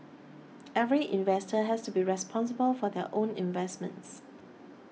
every investor has to be responsible for their own investments